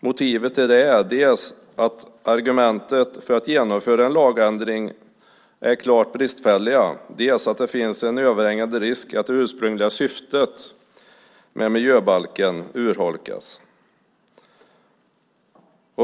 Motivet till det är dels att argumenten för att genomföra en lagändring är klart bristfälliga, dels att det finns en överhängande risk för att det ursprungliga syftet med miljöbalken urholkas.